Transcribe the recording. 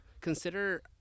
consider